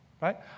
Right